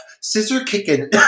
scissor-kicking